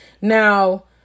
Now